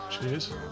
Cheers